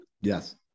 Yes